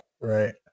right